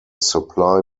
supply